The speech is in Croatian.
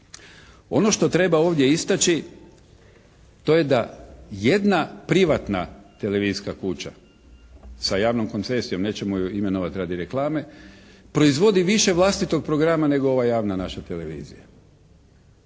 Ono što treba ovdje istači to je da jedna privatna televizijska kuća sa javnom koncesijom, nećemo je imenovati radi reklame, proizvodi više vlastitog programa nego ova javna naša televizija.